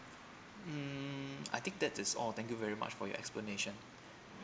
mm I think that is all thank you very much for your explanation